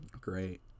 Great